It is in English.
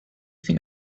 think